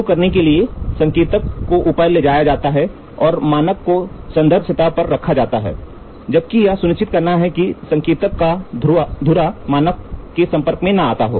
शुरू करने के लिए संकेतक को ऊपर ले जाया जाता है और मानक को संदर्भ सतह पर रखा जाता है जबकि यह सुनिश्चित करना है कि संकेतक का धुरा मानक के संपर्क में न आता हो